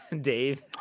Dave